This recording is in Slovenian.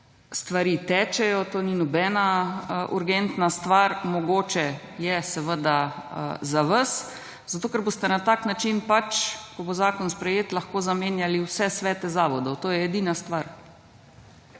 stvari tečejo, to ni nobena urgentna stvar, mogoče je za vas, zato, ker boste na tak način, ko bo zakon sprejet lahko zamenjali vse svete zavodov, to je edina stvar.